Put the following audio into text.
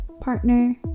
partner